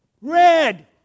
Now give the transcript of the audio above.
Red